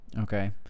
Okay